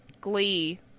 glee